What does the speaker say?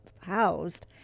housed